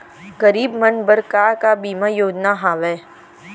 गरीब मन बर का का बीमा योजना हावे?